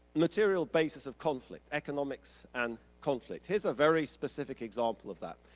material basis of conflict, economics and conflict, here's a very specific example of that.